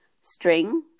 string